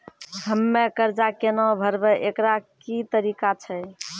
हम्मय कर्जा केना भरबै, एकरऽ की तरीका छै?